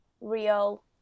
real